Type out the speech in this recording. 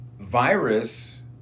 virus